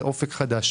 לאופק חדש.